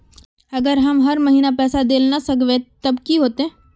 अगर हम हर महीना पैसा देल ला न सकवे तब की होते?